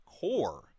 core